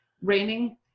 raining